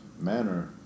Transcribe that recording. manner